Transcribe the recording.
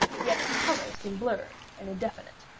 yet the colors seemed blurred and indefinite.